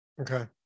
Okay